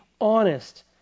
honest